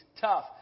tough